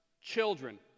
children